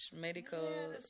medical